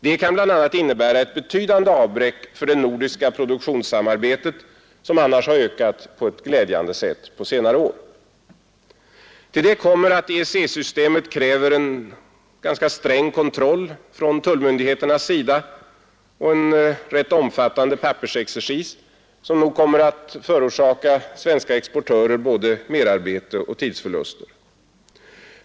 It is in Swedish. Det kan dock bl.a. innebära ett betydande avbräck för det nordiska produktionssamarbetet, som annars har ökat på ett glädjande sätt på senare år. Till det kommer att EEC-systemet kräver en ganska sträng kontroll från tullmyndigheternas sida och en rätt omfattande pappersexercis, som nog kommer att förorsaka svenska exportörer både merarbete och tidsförluster.